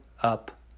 up